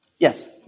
Yes